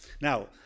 Now